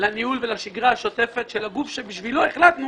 לניהול ולשגרה השוטפת של הגוף שבשבילו החלטנו